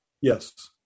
Yes